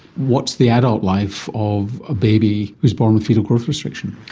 what's the adult life of a baby who is born with foetal growth restriction?